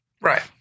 Right